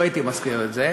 לא הייתי מזכיר את זה.